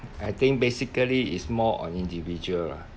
I think basically it's more on individual lah